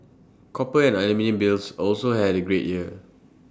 copper and aluminium bills also had A great year